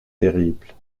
terribles